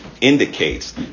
indicates